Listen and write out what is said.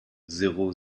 zéro